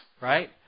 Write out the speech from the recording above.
right